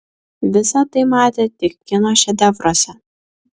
visa tai matė tik kino šedevruose